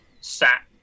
sat